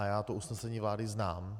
Já to usnesení vlády znám.